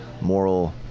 moral